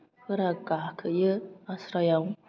फोरा गाखोयो आस्रायाव